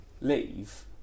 Leave